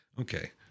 Okay